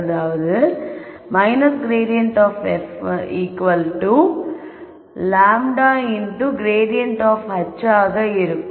அது grad of f λ மடங்கு grad of h ஆகும்